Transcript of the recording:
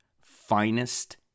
finest